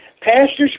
pastors